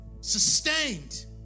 Sustained